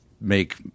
make